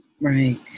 Right